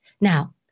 Now